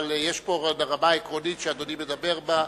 אבל יש פה רמה עקרונית שאדוני מדבר בה.